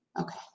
Okay